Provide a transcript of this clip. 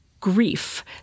grief